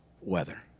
weather